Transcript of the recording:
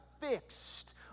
fixed